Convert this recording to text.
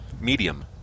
medium